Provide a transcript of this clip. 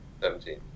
Seventeen